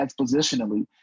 expositionally